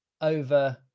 over